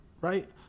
right